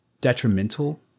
detrimental